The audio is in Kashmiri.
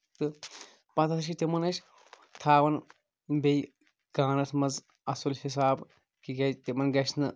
تہٕ پَتہٕ ہسا چھِ تِمن أسۍ تھاوان بیٚیہِ گانَس منٛز اَصٕل حِساب تِکیازِ تِمن گژھِ نہٕ